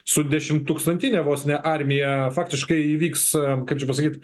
su dešimttūkstantine vos ne armija faktiškai įvyks kaip čia pasakyt